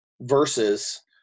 versus